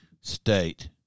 state